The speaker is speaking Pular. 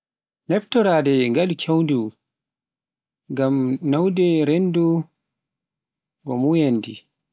Naftoraade ngalu keewngu ngam ñaawde renndo ngo moƴƴaani